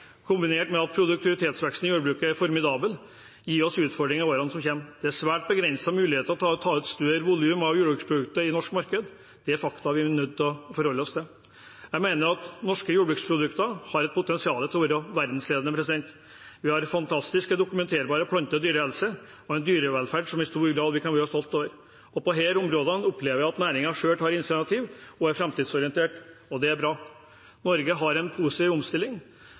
kombinert med at produktivitetsveksten i jordbruket er formidabel, gir oss utfordringer i årene som kommer. Det er svært begrensede muligheter til å ta ut større volum av jordbruksprodukter i det norske markedet. Det er fakta vi er nødt til å forholde oss til. Jeg mener at norske jordbruksprodukter har et potensial for å være verdensledende. Vi har en fantastisk dokumenterbar plante- og dyrehelse og en dyrevelferd vi i stor grad kan være stolte av. På disse områdene opplever jeg at næringen selv tar initiativ og er framtidsorientert. Det er bra. At Norge har en positiv